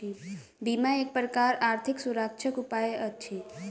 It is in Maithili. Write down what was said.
बीमा एक प्रकारक आर्थिक सुरक्षाक उपाय अछि